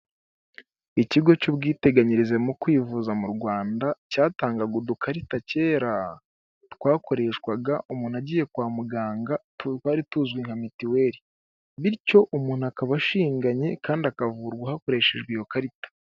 Ikigo cy'ubwiteganyirize mu kwivuza mu rwanda, cyatangaga udukarita kera, twakoreshwaga umuntu agiye kwa muganga twari tuzwi nka mitiweli. Bityo umuntu akaba ashinganye kandi akavurwa hakoreshejwe iyo karita.